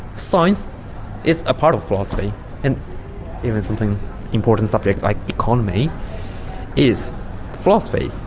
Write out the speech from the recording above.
science is a part of philosophy and even something important subject like economy is philosophy.